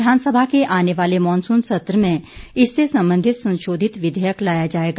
विधानसभा के आने वाले मॉनसून सत्र में इससे संबंधित संशोधित विधयेक लाया जाएगा